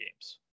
games